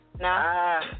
No